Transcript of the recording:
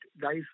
guys